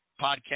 Podcast